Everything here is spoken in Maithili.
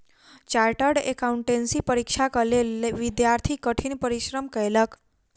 चार्टर्ड एकाउंटेंसी परीक्षाक लेल विद्यार्थी कठिन परिश्रम कएलक